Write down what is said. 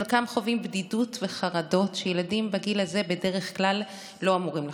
חלקם חווים בדידות וחרדות שילדים בגיל הזה בדרך כלל לא אמורים לחוות.